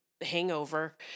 hangover